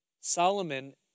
Solomon